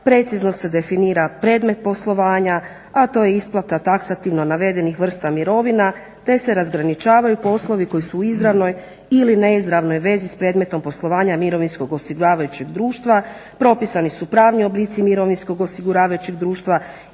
precizno se definira predmet poslovanja, a to je isplata taksativno navedenih vrsta mirovina te se razgraničavaju poslovi koji su u izravnoj ili neizravnoj vezi s predmetom poslovanja mirovinskog osiguravajućeg društva, propisani su pravni oblici mirovinskog osiguravajućeg društva